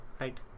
right